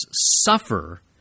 suffer